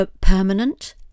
Permanent